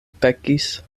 pekis